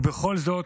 ובכל זאת,